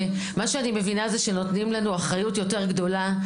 אני מבינה שנותנים לנו אחריות יותר גדולה.